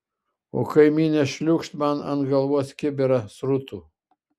o kaimynė šliūkšt man ant galvos kibirą srutų